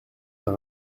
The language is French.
d’un